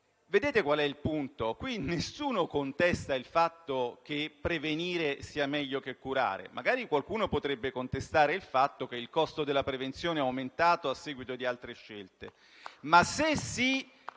Vedete qual è il punto? Qui nessuno contesta il fatto che prevenire sia meglio che curare. Magari qualcuno potrebbe contestare il fatto che il costo della prevenzione è aumentato a seguito di altre scelte. *(Applausi